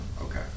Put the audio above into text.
Okay